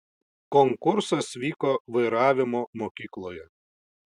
konkursas vyko vairavimo mokykloje